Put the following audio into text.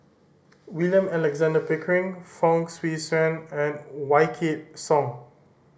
William Alexander Pickering Fong Swee Suan and Wykidd Song